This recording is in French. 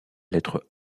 lettre